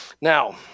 Now